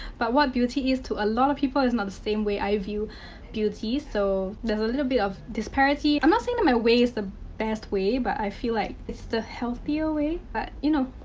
but what beauty is to a lot of people is not the same way i view beauty. so, there's a little bit of disparity. i'm not saying that my way is the best way, but i feel like it's the healthier way. but, you know.